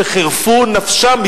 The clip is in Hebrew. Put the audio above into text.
שחירפו נפשם,